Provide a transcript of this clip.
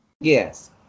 Yes